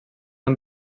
amb